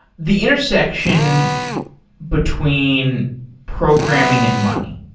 the intersection between programming and money,